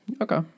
Okay